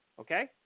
Okay